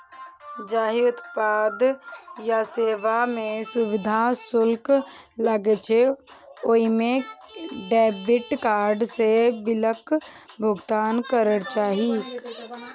जाहि उत्पाद या सेवा मे सुविधा शुल्क लागै छै, ओइ मे डेबिट कार्ड सं बिलक भुगतान करक चाही